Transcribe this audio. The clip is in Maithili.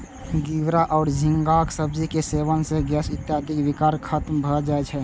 घिवरा या झींगाक सब्जी के सेवन सं गैस इत्यादिक विकार खत्म भए जाए छै